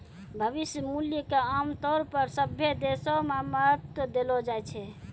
भविष्य मूल्य क आमतौर पर सभ्भे देशो म महत्व देलो जाय छै